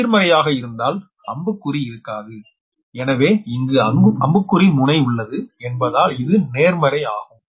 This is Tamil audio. எதிர்மறையாக இருந்தால் அம்புக்குறி இருக்காது எனவே இங்கு அம்புக்குறி முனை உள்ளது என்பதால் அது நேர்மறை ஆகும்